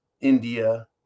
India